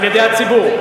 על-ידי הציבור.